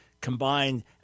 combined